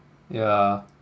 yeah